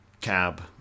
cab